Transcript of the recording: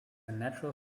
natural